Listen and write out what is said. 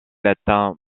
latin